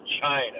China